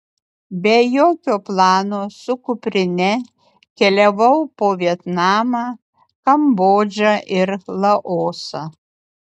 be jokio plano su kuprine keliavau po vietnamą kambodžą ir laosą